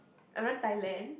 alone Thailand